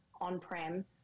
on-prem